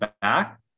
back